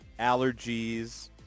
allergies